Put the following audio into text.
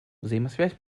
взаимосвязь